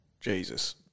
Jesus